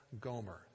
Gomer